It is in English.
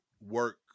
work